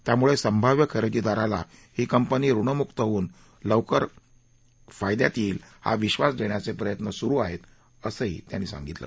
त्यामुळे संभाव्य खरेदीदाराला ही कंपनी ऋणमुक होऊन लवकर फायद्यात येईल हा विश्वास देण्याचे प्रयत्न सुरु आहेत असं त्यांनी सांगितलं